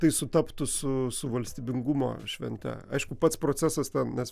tai sutaptų su su valstybingumo švente aišku pats procesas ten nes